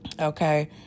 Okay